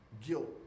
guilt